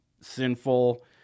sinful